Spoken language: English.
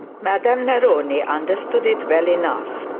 madame neroni understood it well enough.